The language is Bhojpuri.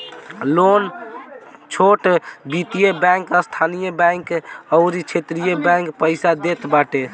लोन छोट वित्तीय बैंक, स्थानीय बैंक अउरी क्षेत्रीय बैंक पईसा देत बाटे